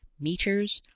meters,